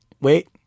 Wait